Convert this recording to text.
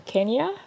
Kenya